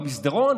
במסדרון?